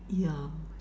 yeah